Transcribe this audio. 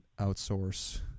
outsource